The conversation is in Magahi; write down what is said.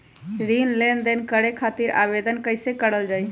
ऋण लेनदेन करे खातीर आवेदन कइसे करल जाई?